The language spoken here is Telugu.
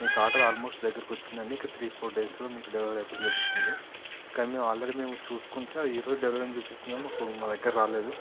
మీకు ఆర్డర్ ఆల్మోస్ట్ దగ్గరకి వచ్చిందండి ఇంక త్రీ ఫోర్ డేస్లో మీకు డెలివరీ అయిపోతుందని చూపిస్తుంది కానీ మేము ఆల్రెడీ మేము చూసుకుంటే అది ఈరోజు డెలివరీ చూపిస్తుంది కానీ మాకు మా దగ్గర రాలేదు